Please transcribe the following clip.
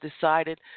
decided